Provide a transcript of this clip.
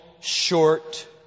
short